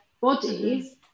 bodies